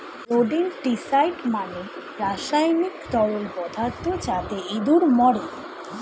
rodenticide মানে রাসায়নিক তরল পদার্থ যাতে ইঁদুর মরে